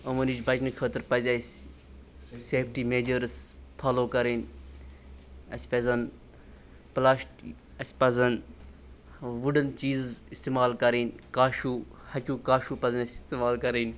یِمو نِش بَچنہٕ خٲطرٕ پَزِ اَسہِ سیفٹی میجٲرٕس فالو کَرٕنۍ اَسہِ پَزَن پٕلاسٹہِ اَسہِ پَزَن وُڈٕن چیٖزٕ اِستِمال کَرٕنۍ کاشوٗ ہَچوٗ کاشوٗ پَزَن اَسہِ اِستعمال کَرٕنۍ